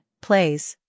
Plays